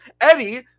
Eddie